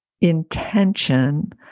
intention